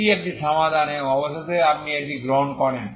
এটি একটি সমাধান এবং অবশেষে আপনি এটি গ্রহণ করেন